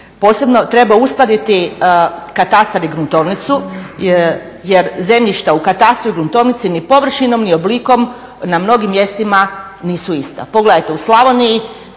posebno treba uskladiti katastar i gruntovnicu jer zemljišta u katastru i gruntovnici ni površinom ni oblikom na mnogim mjestima nisu ista. Pogledajte u Slavoniji